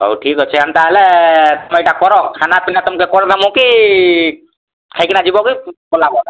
ହଉ ଠିକ୍ ଅଛେ ଏନ୍ତା ହେଲେ ତମେ ଏଇଟା କର ଖାନା ପିନା ତମକେ କରବା ମୁଁ କି ଖାଇକି ନା ଯିବ